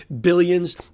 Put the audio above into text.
Billions